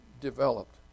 developed